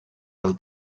del